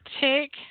take